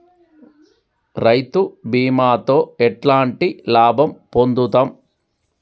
రైతు బీమాతో ఎట్లాంటి లాభం పొందుతం?